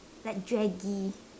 like draggy